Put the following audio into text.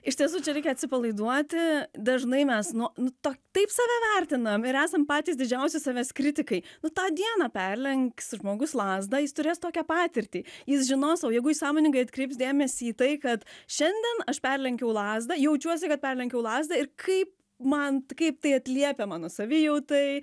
iš tiesų čia reikia atsipalaiduoti dažnai mes nu nu to taip save vertinam ir esam patys didžiausi savęs kritikai nu tą dieną perlenks žmogus lazdą jis turės tokią patirtį jis žinos o jeigu jis sąmoningai atkreips dėmesį į tai kad šiandien aš perlenkiau lazdą jaučiuosi kad perlenkiau lazdą ir kaip man kaip tai atliepia mano savijautai